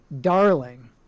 darling